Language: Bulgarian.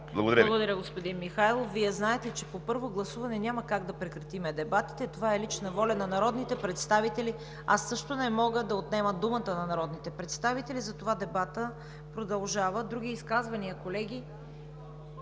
Благодаря, господин Михайлов. Вие знаете, че на първо гласуване няма как да прекратим дебатите. Това е лична воля на народните представители. Аз също не мога да отнема думата на народните представители, затова дебатът продължава. Други изказвания, колеги?